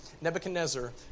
Nebuchadnezzar